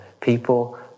people